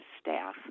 staff